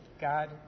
God